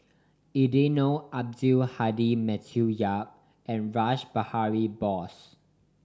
Eddino Abdul Hadi Matthew Yap and Rash Behari Bose